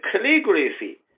calligraphy